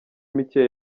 mike